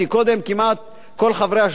כמעט כל חברי השדולה,